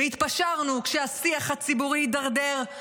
והתפשרנו כשהשיח הציבורי הידרדר,